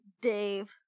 Dave